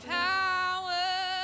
power